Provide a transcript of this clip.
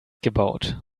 gebaut